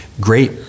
great